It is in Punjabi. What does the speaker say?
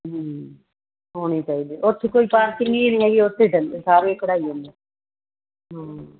ਹੂੰ ਹੋਣੀ ਚਾਹੀਦੀ ਉੱਥੇ ਕੋਈ ਪਾਰਕੀ ਨਹੀਂ ਹੈਗੀ ਉੱਥੇ ਜਾਂਦੇ ਸਾਰੇ ਖੜ੍ਹਾਈ ਜਾਂਦੇ ਹੂੰ